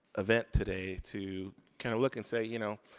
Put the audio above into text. event today to kind of look and say, you know,